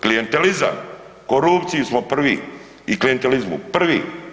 Klijentelizam, u korupciji smo prvi i klijentelizmu, prvi.